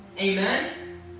Amen